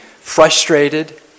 frustrated